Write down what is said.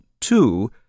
two